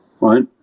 right